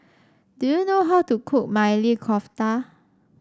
do you know how to cook Maili Kofta